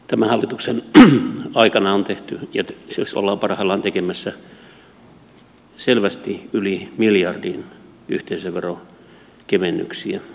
tämän hallituksen aikana on tehty ja siis ollaan parhaillaan tekemässä selvästi yli miljardin yhteisöveron kevennyksiä